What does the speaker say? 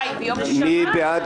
מי בעד